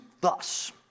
thus